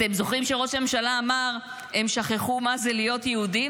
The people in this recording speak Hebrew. אתם זוכרים שראש הממשלה אמר: הם שכחו מה זה להיות יהודים?